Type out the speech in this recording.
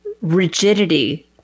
rigidity